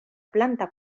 planta